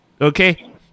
okay